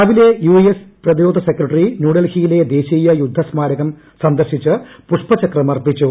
രാവിലെ U S പ്രതിരോധ secretary ന്യൂഡൽഹിയിലെ ദേശീയ യുദ്ധസ്മാരകം സന്ദർശിച്ച് പുഷ്പചക്രം അർപ്പിച്ചു